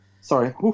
Sorry